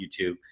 YouTube